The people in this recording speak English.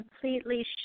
completely